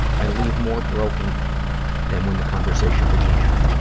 i leave more broken than when the conversation began.